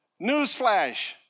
Newsflash